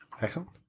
Excellent